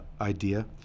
idea